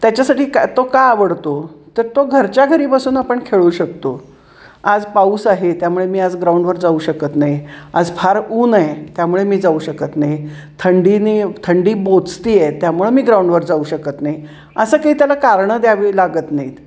त्याच्यासाठी का तो का आवडतो तर तो घरच्या घरी बसून आपण खेळू शकतो आज पाऊस आहे त्यामुळे मी आज ग्राउंडवर जाऊ शकत नाही आज फार ऊन आहे त्यामुळे मी जाऊ शकत नाही थंडीने थंडी बोचते आहे त्यामुळं मी ग्राउंडवर जाऊ शकत नाही असं काही त्याला कारणं द्यावी लागत नाही आहेत